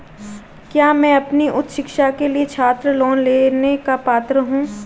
क्या मैं अपनी उच्च शिक्षा के लिए छात्र लोन लेने का पात्र हूँ?